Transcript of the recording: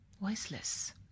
voiceless